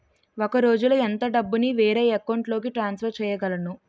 ఒక రోజులో ఎంత డబ్బుని వేరే అకౌంట్ లోకి ట్రాన్సఫర్ చేయగలను?